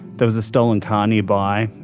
there was a stolen car nearby,